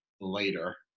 later